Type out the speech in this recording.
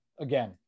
Again